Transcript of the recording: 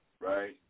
right